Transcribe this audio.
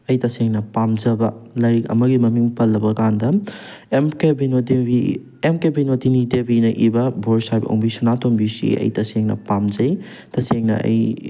ꯑꯩ ꯇꯁꯦꯡꯅ ꯄꯥꯝꯖꯕ ꯂꯥꯏꯔꯤꯛ ꯑꯃꯒꯤ ꯃꯃꯤꯡ ꯄꯜꯂꯕ ꯀꯥꯟꯗ M K Binodevi M K ꯕꯤꯅꯣꯗꯣꯅꯤ ꯗꯦꯕꯤꯅ ꯏꯕ ꯕꯣꯔ ꯁꯥꯍꯦꯕ ꯑꯣꯡꯕꯤ ꯁꯅꯥꯇꯣꯝꯕꯤꯁꯤ ꯑꯩ ꯇꯁꯦꯡꯅ ꯄꯥꯝꯖꯩ ꯇꯁꯦꯡꯅ ꯑꯩ